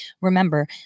Remember